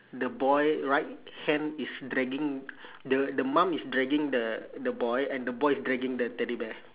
the boy right hand is dragging the the mum is dragging the the boy and the boy is dragging the teddy bear